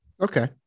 Okay